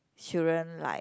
children like